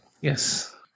Yes